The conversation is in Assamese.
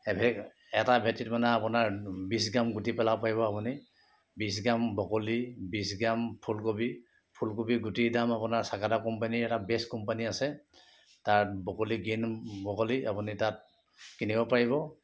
এভে এটা ভেটিত মানে আপোনাৰ বিছ গ্ৰাম গুটি পেলাব পাৰিব আপুনি বিছ গ্ৰাম ব্ৰ'কলি বিছ গ্ৰাম ফুলকবি ফুলকবি গুটিৰ দাম আপোনাৰ ছাগাতা কোম্পানিৰ এটা বেষ্ট কোম্পানি আছে তাত ব্ৰ'কলি গ্ৰীণ ব্ৰ'কলি আপুনি তাত কিনিব পাৰিব